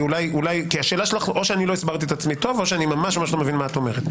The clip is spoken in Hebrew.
או שאני לא הסברתי את עצמי טוב או שאני ממש ממש לא מבין מה את אומרת.